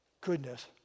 goodness